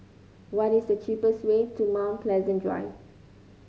what is the cheapest way to Mount Pleasant Drive